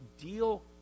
deal